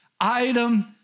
item